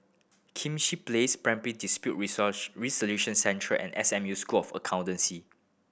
Place Primary Dispute Resolution Centre and S M U School of Accountancy